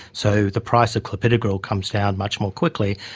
so the price of clopidogrel comes down much more quickly.